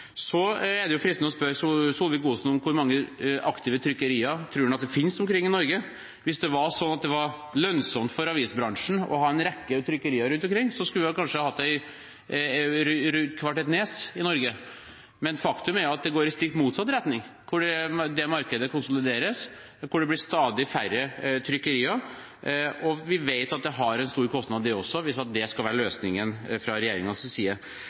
så viktig beslutning. Det er fristende å spørre statsråd Solvik-Olsen om hvor mange aktive trykkerier han tror det finnes i Norge. Hvis det var sånn at det var lønnsomt for avisbransjen å ha en rekke trykkerier rundt omkring, skulle man kanskje hatt et rundt hvert nes i Norge. Faktum er at det går i stikk motsatt retning. Markedet konsolideres, og det blir stadig færre trykkerier. Vi vet at det har en stor kostnad hvis dette skal være løsningen fra regjeringens side.